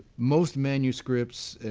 most manuscripts,